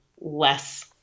less